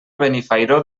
benifairó